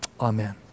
Amen